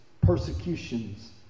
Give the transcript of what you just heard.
persecutions